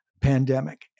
pandemic